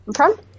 Okay